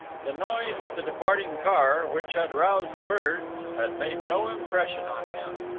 the noise of the departing car, which had roused the birds, had made no impression on him.